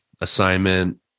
assignment